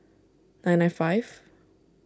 nine nine five